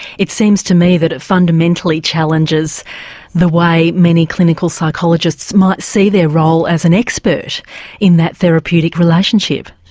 it seems to me that it fundamentally challenges the way many clinical psychologists might see their role as an expert in that therapeutic relationship.